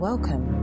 Welcome